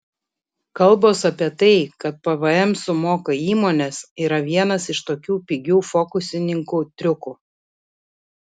kalbos apie tai kad pvm sumoka įmonės yra vienas iš tokių pigių fokusininkų triukų